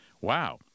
Wow